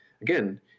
again